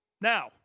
Now